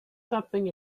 something